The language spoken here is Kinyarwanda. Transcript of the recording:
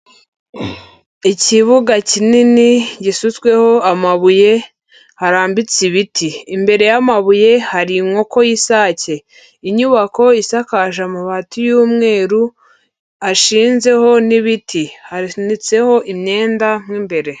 Ikibuga kinini gisutsweho amabuye hararambitse ibiti. Imbere y'amabuye hari inkoko y'isake, inyubako isakaje amabati y'umweru hashinzeho n'ibiti hanitseho imyenda mo imbere.